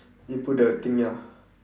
you put the thing ya